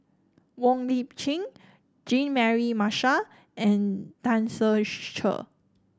Wong Lip Chin Jean Mary Marshall and Tan Ser Cher